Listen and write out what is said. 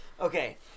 Okay